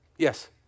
Yes